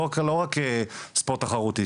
לא רק כספורט תחרותי,